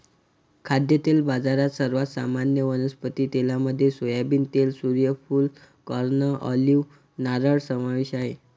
खाद्यतेल बाजारात, सर्वात सामान्य वनस्पती तेलांमध्ये सोयाबीन तेल, सूर्यफूल, कॉर्न, ऑलिव्ह, नारळ समावेश आहे